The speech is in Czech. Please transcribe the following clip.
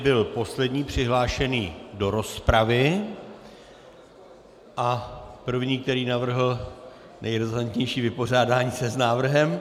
Byl poslední přihlášený do rozpravy a první, který navrhl nejrazantnější vypořádání se s návrhem.